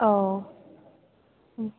औ